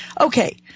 Okay